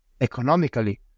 economically